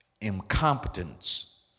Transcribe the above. incompetence